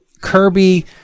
Kirby